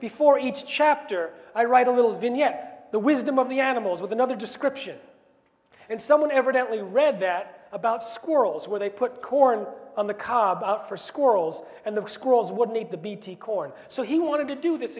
before each chapter i write a little vignette the wisdom of the animals with another description and someone evidently read that about squirrels where they put corn on the cob for squirrels and the scrolls would need the bt corn so he wanted to do this